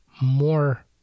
more